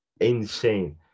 Insane